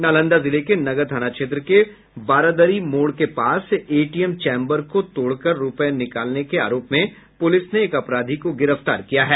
नालंदा जिले के नगर थाना क्षेत्र के बारदरी मोड़ के पास एटीएम चैंबर को तोड़कर रूपये निकालने के आरोप में पुलिए ने एक अपराधी को गिरफ्तार किया है